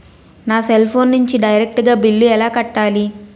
నా cell phone నుంచి direct గా బిల్లు ఎలా కట్టాలి?